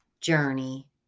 journey